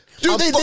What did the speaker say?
Dude